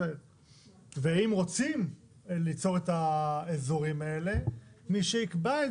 ואם רוצים ליצור את האזורים האלה מי שיקבע את